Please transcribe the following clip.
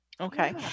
Okay